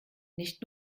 nicht